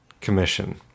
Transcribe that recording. Commission